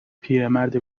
پیرمرد